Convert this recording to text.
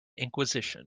inquisition